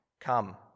Come